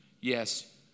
yes